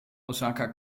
osaka